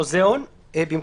רק צריך הפרדה פיזית.